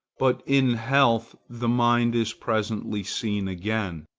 but in health the mind is presently seen again